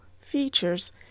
features